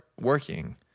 working